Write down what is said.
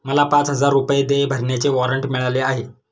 मला पाच हजार रुपये देय भरण्याचे वॉरंट मिळाले आहे